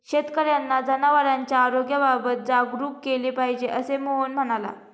शेतकर्यांना जनावरांच्या आरोग्याबाबत जागरूक केले पाहिजे, असे मोहन म्हणाला